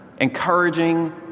encouraging